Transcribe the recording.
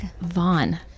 Vaughn